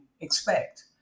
expect